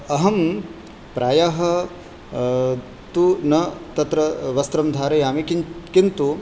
अहं प्रायः तु न तत्र वस्त्रं धारयामि किन् किन्तु